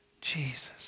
Jesus